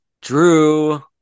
Drew